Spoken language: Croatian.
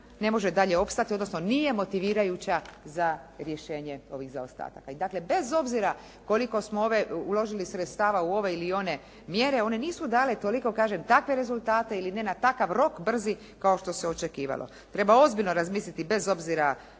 ne može dalje opstati odnosno nije motivirajuća za rješenje ovih zaostataka. I dakle, bez obzira koliko smo uložili sredstava u ove ili one mjere one nisu dale toliko kažem takve rezultate ili ne na takav rok brzi kao što se očekivalo. Treba ozbiljno razmisliti bez obzira